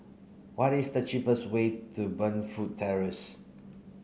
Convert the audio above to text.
what is the cheapest way to Burnfoot Terrace